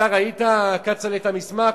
אתה ראית, כצל'ה, את המסמך?